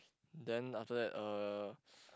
then after that uh